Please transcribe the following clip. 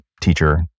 teacher